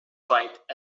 quiet